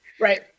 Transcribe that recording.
Right